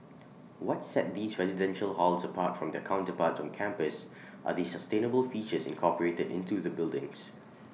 what set these residential halls apart from their counterparts on campus are the sustainable features incorporated into the buildings